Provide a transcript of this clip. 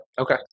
Okay